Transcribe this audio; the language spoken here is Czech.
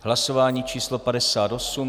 Hlasování číslo 58.